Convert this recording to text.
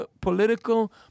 political